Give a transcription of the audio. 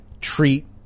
treat